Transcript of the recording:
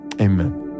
amen